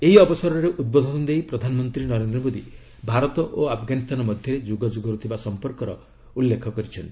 ଏହି ଅବସରରେ ଉଦ୍ବୋଧନ ଦେଇ ପ୍ରଧାନମନ୍ତ୍ରୀ ନରେନ୍ଦ୍ର ମୋଦୀ ଭାରତ ଓ ଆଫ୍ଗାନିସ୍ତାନ ମଧ୍ୟରେ ଯୁଗ ଯୁଗରୁ ଥିବା ସମ୍ପର୍କର ଉଲ୍ଲେଖ କରିଛନ୍ତି